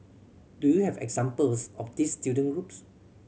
do you have examples of these student groups